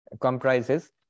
comprises